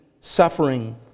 suffering